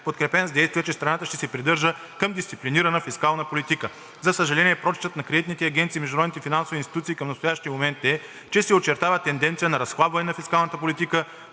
подкрепен с действия, че страната ще се придържа към дисциплинирана фискална политика. За съжаление, прочитът на кредитните агенции и международните финансови институции към настоящия момент е, че се очертава тенденция на разхлабване на фискалната политика,